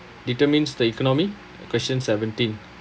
determines the economy question seventeen